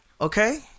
okay